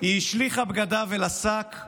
/ היא השליכה בגדיו אל השק /